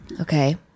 Okay